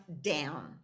down